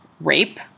rape